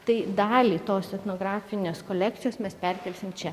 tai dalį tos etnografinės kolekcijos mes perkelsim čia